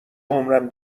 عمرم